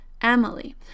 Emily